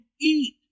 eat